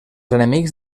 enemics